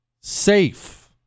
safe